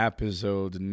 Episode